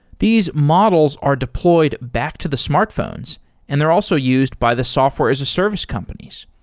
these models are deployed back to the smartphones and they're also used by the software as a service companies,